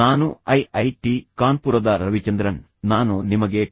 ನಾನು ರವಿಚಂದ್ರನ್ ಈ ಕೋರ್ಸ್ ಜೊತೆಗೆ ನಾನು ನಿಮ್ಮೊಂದಿಗಿದ್ದೇನೆ